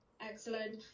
Excellent